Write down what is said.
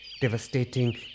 Devastating